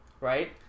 right